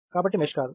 కాబట్టి మెష్ కాదు